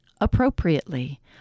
appropriately